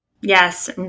Yes